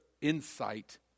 insight